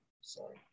Sorry